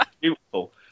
beautiful